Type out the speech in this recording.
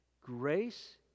Grace